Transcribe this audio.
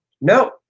No